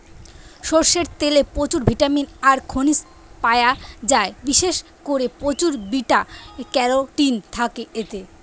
সরষের তেলে প্রচুর ভিটামিন আর খনিজ পায়া যায়, বিশেষ কোরে প্রচুর বিটা ক্যারোটিন থাকে এতে